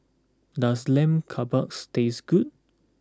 does Lamb Kebabs taste good